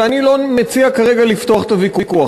ואני לא מציע כרגע לפתוח את הוויכוח.